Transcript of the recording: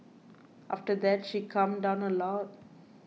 after that she calmed down a lot